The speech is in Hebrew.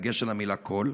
בדגש על המילה כל.